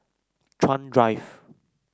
Chuan Drive